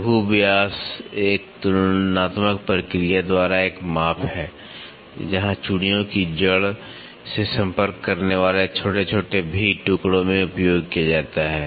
लघु व्यास एक तुलनात्मक प्रक्रिया द्वारा एक माप है जहां चूड़ियों की जड़ से संपर्क करने वाले छोटे छोटे वी टुकड़ों में उपयोग किया जाता है